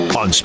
on